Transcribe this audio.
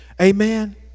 amen